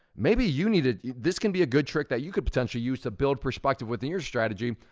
maybe you need to, this can be a good trick that you could potentially use to build perspective within your strategy,